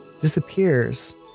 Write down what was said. disappears